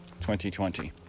2020